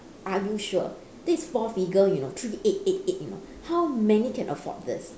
are you sure this four figure you know three eight eight eight you know how many can afford this